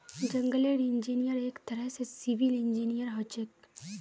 जंगलेर इंजीनियर एक तरह स सिविल इंजीनियर हछेक